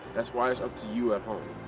that's why up to you at home.